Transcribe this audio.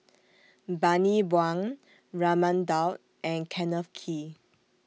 Bani Buang Raman Daud and Kenneth Kee